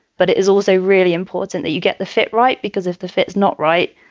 but it is also really important that you get the fit right. because if the fit is not right,